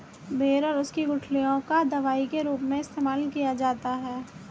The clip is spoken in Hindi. बेर और उसकी गुठलियों का दवाई के रूप में भी इस्तेमाल किया जाता है